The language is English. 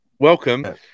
Welcome